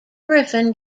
griffin